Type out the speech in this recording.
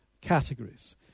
categories